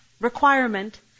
requirement